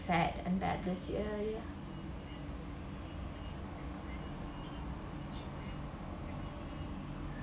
sad and bad this year